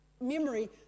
memory